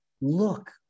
Look